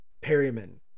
perryman